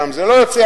פעם זה לא יוצא,